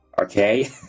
Okay